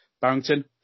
Barrington